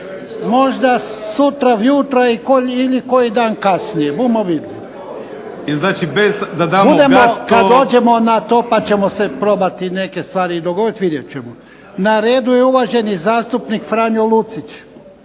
da damo. **Jarnjak, Ivan (HDZ)** Budemo kad dođemo na to, pa ćemo se probati neke stvari i dogovoriti. Vidjet ćemo. Na redu je uvaženi zastupnik Franjo Lucić.